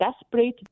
desperate